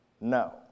No